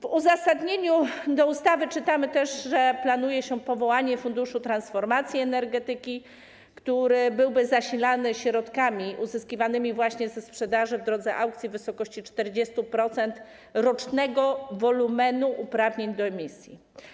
W uzasadnieniu ustawy czytamy też, że planuje się powołanie Funduszu Transformacji Energetyki, który byłby zasilany środkami uzyskiwanymi właśnie ze sprzedaży w drodze aukcji w wysokości 40% rocznego wolumenu uprawnień do emisji.